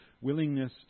willingness